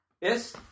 Yes